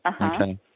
Okay